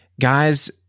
guys